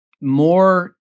more